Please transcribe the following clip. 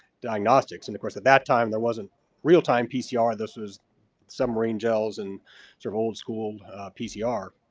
diagnostics. and of course, at that time there wasn't real time pcr, this was submarine gels and sort of old school pcr.